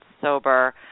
sober